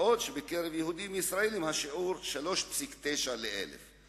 בעוד שבקרב יהודים-ישראלים השיעור עמד על 3.9 לידות לכל